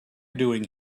doing